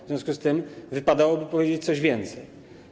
W związku z tym wypadałoby powiedzieć coś więcej.